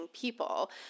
people